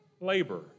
labor